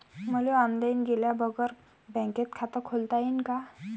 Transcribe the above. मले ऑनलाईन गेल्या बगर बँकेत खात खोलता येईन का?